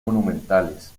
monumentales